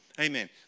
Amen